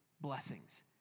blessings